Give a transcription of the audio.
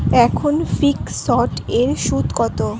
এখন ফিকসড এর সুদ কত?